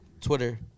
Twitter